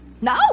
No